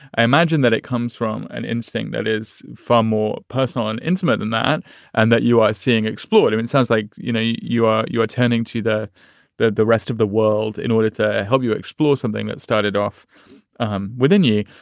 i imagine that it comes from an instinct that is far more personal and intimate than that and that you are seeing explored. it sounds like, you know, you you are you attending to the the the rest of the world in order to help you explore something that started off um within you.